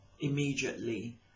immediately